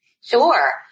Sure